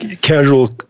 Casual